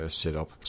setup